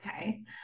Okay